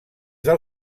del